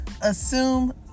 assume